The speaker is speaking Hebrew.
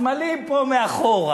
הסמלים פה מאחורה.